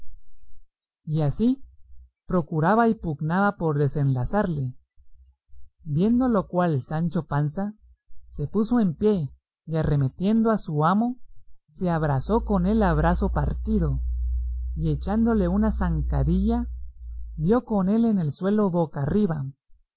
y así procuraba y pugnaba por desenlazarle viendo lo cual sancho panza se puso en pie y arremetiendo a su amo se abrazó con él a brazo partido y echándole una zancadilla dio con él en el suelo boca arriba